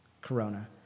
Corona